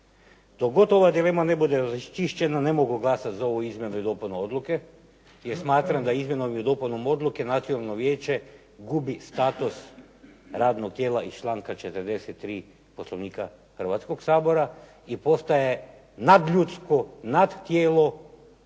Dok god ova dilema ne bude raščišćena, ne mogu glasati za ovu izmjenu i dopunu odluke jer smatram da izmjenom i dopunom odluke Nacionalno vijeće gubi status radnog tijela iz članka 43. Poslovnika Hrvatskog sabora i postaje nadljudsko nadtijelo samo